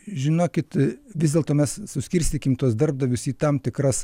žinokit vis dėlto mes suskirstykim tuos darbdavius į tam tikras